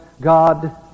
God